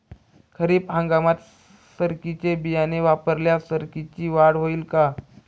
खरीप हंगामात सरकीचे बियाणे वापरल्यास सरकीची वाढ होईल का?